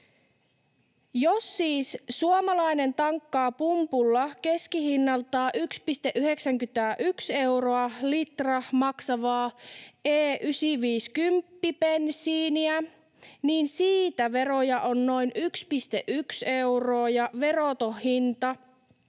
Jos siis suomalainen tankkaa pumpulla keskihinnaltaan 1,91 euroa/litra maksavaa E95-kymppi-bensiiniä, niin siitä veroja on noin 1,1 euroa ja veroton hinta